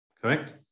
Correct